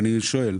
ואני שואל,